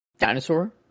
dinosaur